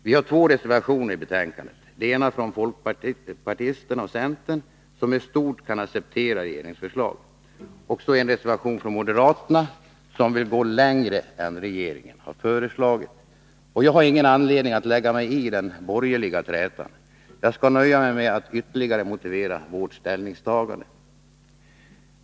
Det finns två reservationer: en från folkpartiet och centern, som i stort kan acceptera regeringens förslag, och en från moderaterna, som vill gå längre än regeringen har föreslagit. Jag har ingen anledning lägga mig i den borgerliga trätan. Jag skall nöja mig med att ytterligare motivera vårt ställningstagande.